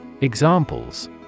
Examples